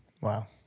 Wow